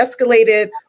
escalated